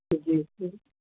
جی سر